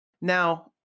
Now